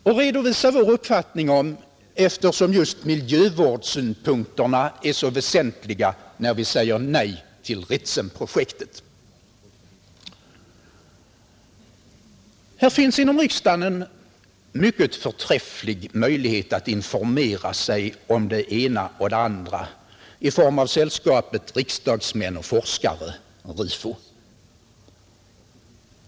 Det redovisar vi också vår uppfattning om, eftersom just miljövårdssynpunkterna är så väsentliga när vi säger nej till Ritsemprojektet. Det finns inom riksdagen en mycket förträfflig möjlighet att informera sig om det ena och det andra, nämligen genom Sällskapet Riksdagsmän och forskare, RIFO.